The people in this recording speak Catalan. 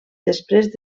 després